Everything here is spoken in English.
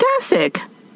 fantastic